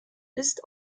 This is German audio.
ist